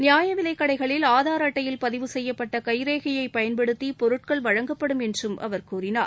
நியாய விலைக் கடைகளில் ஆதார் அட்டையில் பதிவு செய்யப்பட்ட கைரேகையை பயன்படுத்தி பொருட்கள் வழங்கப்படும் என்றும் அவர் கூறினார்